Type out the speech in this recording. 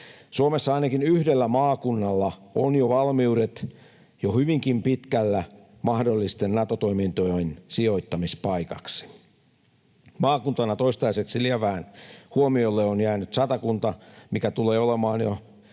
Suomessa ainakin yhdellä maakunnalla on valmiudet jo hyvinkin pitkällä mahdollisten Nato-toimintojen sijoittamispaikaksi. Maakuntana toistaiseksi lievälle huomiolle on jäänyt Satakunta, mikä tulee olemaan jo